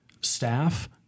staff